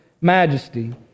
majesty